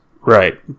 right